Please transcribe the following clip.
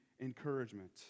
encouragement